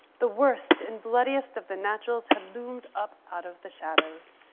the worst and bloodiest of the naturals had loomed up out of the shadows.